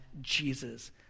Jesus